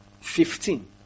Fifteen